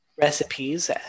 recipes